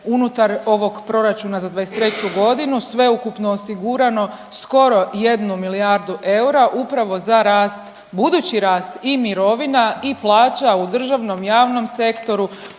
unutar ovog proračuna za '23.g. sveukupno osigurano skoro jednu milijardu eura upravo za rast, budući rast i mirovina i plaća u državnom i javnom sektoru,